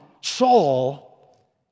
Saul